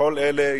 כל אלה,